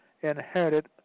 inherited